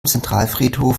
zentralfriedhof